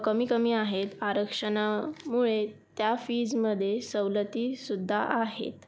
कमी कमी आहेत आरक्षणामुळे त्या फीजमध्ये सवलती सुद्धा आहेत्